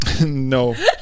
no